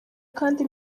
kandi